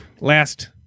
last